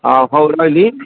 ହଁ ହଉ ରହିଲି